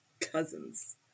cousins